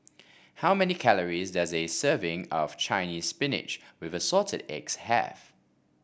how many calories does a serving of Chinese Spinach with Assorted Eggs have